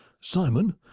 simon